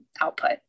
output